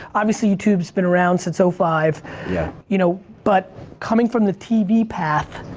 obviously youtube's been around since so five yeah you know but coming from the tv path,